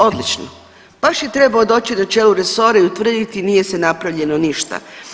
Odlično, baš je trebao doći na čelo resora i utvrditi nije se napravljeno ništa.